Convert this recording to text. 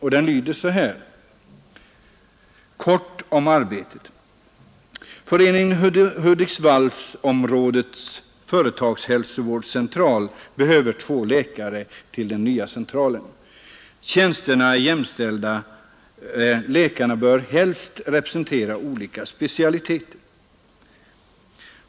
Så här lyder annonsen: ”Kort om arbetet Föreningen Hudiksvallsområdets företagshälsovårdscentral behöver två läkare till den nya centralen .